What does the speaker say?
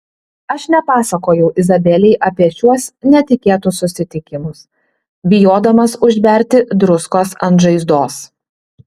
aš nepasakojau izabelei apie šiuos netikėtus susitikimus bijodamas užberti druskos ant žaizdos